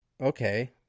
Okay